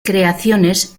creaciones